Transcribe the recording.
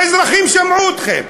האזרחים שמעו אתכם.